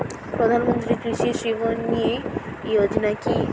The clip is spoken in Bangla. প্রধানমন্ত্রী কৃষি সিঞ্চয়ী যোজনা কি?